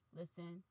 listen